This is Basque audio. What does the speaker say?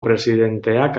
presidenteak